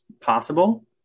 possible